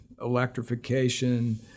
electrification